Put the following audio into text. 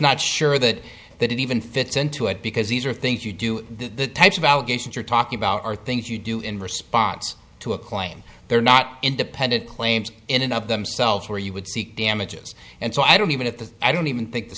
not sure that that even fits into it because these are things you do the types of allegations you're talking about are things you do in response to a claim they're not independent claims in and of themselves where you would seek damages and so i don't even if the i don't even think the